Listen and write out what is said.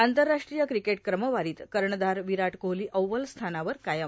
आंतरराष्ट्रीय क्रिकेट क्रमवारीत कर्णधार विराट कोहली अव्वल स्थानावर कायम